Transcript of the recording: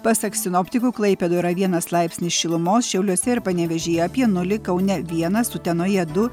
pasak sinoptikų klaipėdoj yra vienas laipsnis šilumos šiauliuose ir panevėžyje apie nulį kaune vienas utenoje du